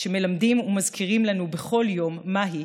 שמלמדים ומזכירים לנו בכל יום מהי,